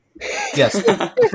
yes